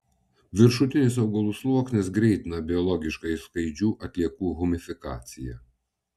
viršutinis augalų sluoksnis greitina biologiškai skaidžių atliekų humifikaciją